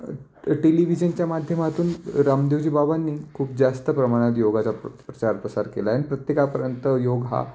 टेलिव्हिजनच्या माध्यमातून रामदेवजी बाबांनी खूप जास्त प्रमाणात योगाचा प्र प्रचार प्रसार केला आहे आणि प्रत्येकापर्यंत योग हा